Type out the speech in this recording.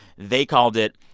they called it,